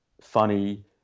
funny